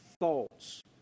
thoughts